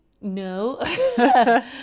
No